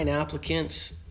applicants